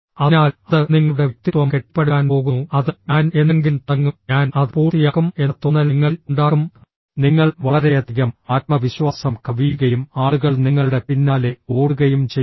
അതിനാൽ അത് നിങ്ങളുടെ വ്യക്തിത്വം കെട്ടിപ്പടുക്കാൻ പോകുന്നു അത് ഞാൻ എന്തെങ്കിലും തുടങ്ങും ഞാൻ അത് പൂർത്തിയാക്കും എന്ന തോന്നൽ നിങ്ങളിൽ ഉണ്ടാക്കും നിങ്ങൾ വളരെയധികം ആത്മവിശ്വാസം കവിയുകയും ആളുകൾ നിങ്ങളുടെ പിന്നാലെ ഓടുകയും ചെയ്യും